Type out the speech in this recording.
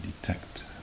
detect